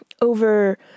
over